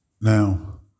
Now